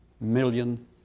million